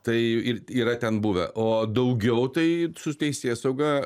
tai ir yra ten buvę o daugiau tai su teisėsauga